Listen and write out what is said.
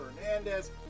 Hernandez